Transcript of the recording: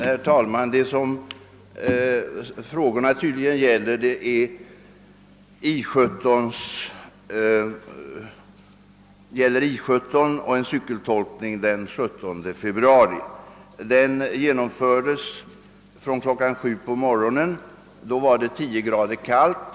Herr talman! Vad frågorna gäller är tydligen en cykeltolkning vid I 17 den 17 februari. Den genomfördes från kl. 7 på morgonen, och då var det 10 grader kallt.